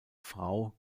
frau